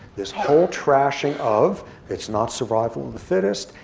this whole trashing of it's not survival of the fittest.